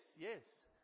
yes